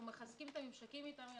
אנחנו מחזקים את הממשקים אתם.